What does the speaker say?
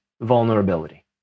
vulnerability